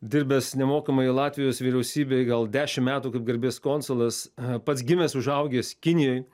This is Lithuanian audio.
dirbęs nemokamai latvijos vyriausybėj gal dešimt metų kaip garbės konsulas pats gimęs užaugęs kinijoj